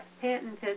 patented